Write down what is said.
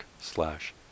slash